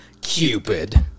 Cupid